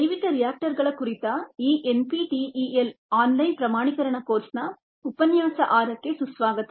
ಜೈವಿಕರಿಯಾಕ್ಟರ್ಗಳ ಕುರಿತ ಈ NPTEL online ಪ್ರಮಾಣೀಕರಣ ಕೋರ್ಸ್ನ ಉಪನ್ಯಾಸ 6 ಕ್ಕೆ ಸುಸ್ವಾಗತ